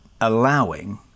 allowing